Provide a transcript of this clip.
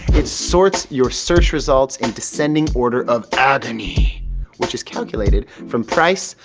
it sorts your search results into sending order of agony which is calculated from price,